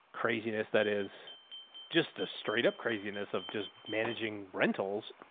craziness that is just a straight up craziness of just managing rentals.